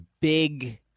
big